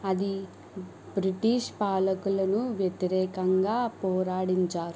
అది బ్రిటిష్ పాలకులను వ్యతిరేకంగా పోరాడించారు